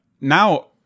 now